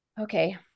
okay